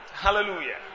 Hallelujah